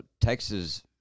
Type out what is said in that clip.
Texas